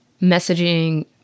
messaging